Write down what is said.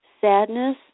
sadness